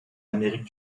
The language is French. amérique